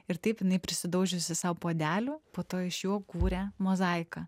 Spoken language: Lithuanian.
ir taip jinai pridaužiusi sau puodelių po to iš jo kūrė mozaiką